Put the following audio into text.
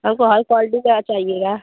हमको हर क्वालटी का चाहिएगा